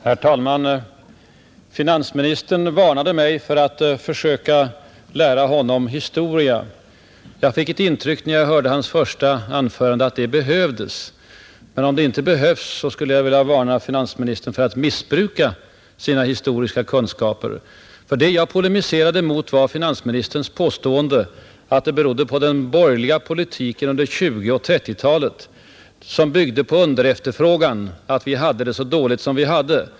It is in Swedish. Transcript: Herr talman! Finansministern varnade mig för att försöka lära honom historia. När jag hörde hans första anförande fick jag intrycket att det behövdes, men om det inte behövs skulle jag vilja varna finansministern för att missbruka sina historiska kunskaper, ty det jag polemiserade emot var finansministerns påstående att det berodde på den borgerliga politiken under 1920-talet och 1930-talet — som byggde på underefterfrågan — att vi hade det så dåligt som vi hade.